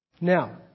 Now